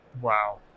wow